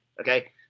Okay